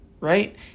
Right